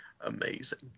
Amazing